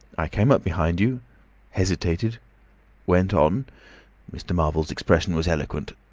i came up behind you hesitated went on mr. marvel's expression was eloquent.